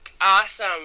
Awesome